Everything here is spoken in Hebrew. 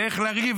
ואיך לריב.